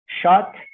shot